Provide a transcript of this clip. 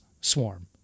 swarm